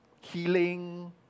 healing